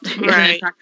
Right